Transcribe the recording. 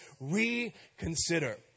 reconsider